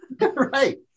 Right